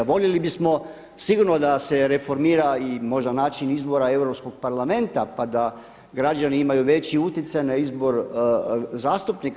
Voljeli bismo sigurno da se reformira i možda način izbora Europskog parlamenta pa da građani imaju veći utjecaj na izbor zastupnika.